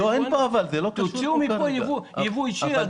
תוציאו מפה ייבוא אישי.